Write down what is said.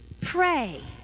pray